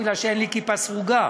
בגלל שאין לי כיפה סרוגה.